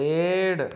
पेड़